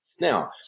Now